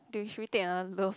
think should we take another love